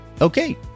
Okay